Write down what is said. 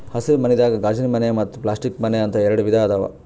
ಹಸಿರ ಮನಿದಾಗ ಗಾಜಿನಮನೆ ಮತ್ತ್ ಪ್ಲಾಸ್ಟಿಕ್ ಮನೆ ಅಂತ್ ಎರಡ ವಿಧಾ ಅವಾ